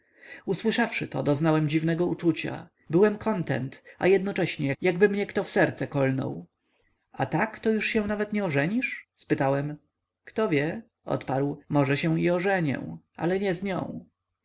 ożenił usłyszawszy to doznałem dziwnego uczucia byłem kontent a jednocześnie jakby mnie kto w serce kolnął a tak to już się nawet nie ożenisz spytałem kto wie odparł może się i ożenię ale nie z nią